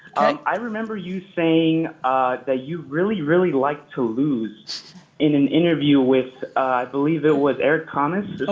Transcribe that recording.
i remember you saying that you really, really liked to lose in an interview with, i believe it was eric conners